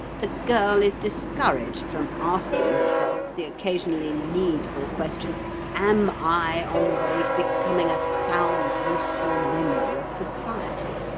the girl is discouraged from asking herself the occasionally needful question am i on the way to becoming a sound, useful member of society?